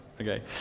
Okay